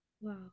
Wow